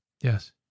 Yes